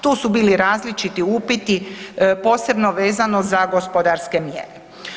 Tu su bili različiti upiti, posebno vezano za gospodarske mjere.